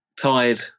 tired